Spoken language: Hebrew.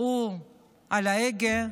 על ההגה,